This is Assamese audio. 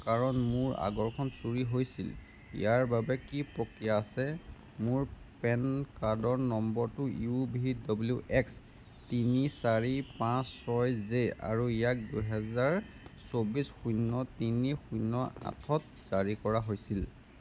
কাৰণ মোৰ আগৰখন চুৰি হৈছিল ইয়াৰ বাবে কি প্ৰক্ৰিয়া আছে মোৰ পেন কাৰ্ডৰ নম্বৰটো ইউ ভি ডব্লিউ এক্স তিনি চাৰি পাঁচ ছয় জে আৰু ইয়াক দুই হাজাৰ চৌব্বিছ শূন্য তিনি শূন্য আঠত জাৰী কৰা হৈছিল